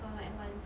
someone else's one